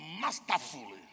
masterfully